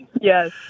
yes